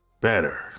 better